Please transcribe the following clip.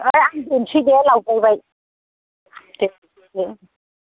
ओइ आं दोननोसै दे लावद्रायबाय दे दे